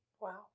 wow